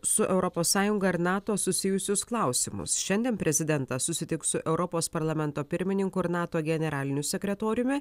su europos sąjunga ir nato susijusius klausimus šiandien prezidentas susitiks su europos parlamento pirmininku ir nato generaliniu sekretoriumi